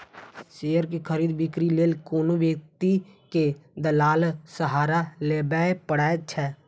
share के खरीद, बिक्री लेल कोनो व्यक्ति कें दलालक सहारा लेबैए पड़ै छै